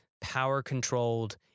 power-controlled